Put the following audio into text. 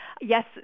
yes